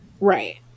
Right